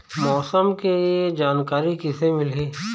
मौसम के जानकारी किसे मिलही?